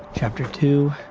chapter two,